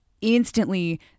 instantly